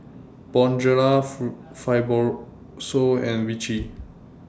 Bonjela Fibrosol and Vichy